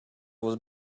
was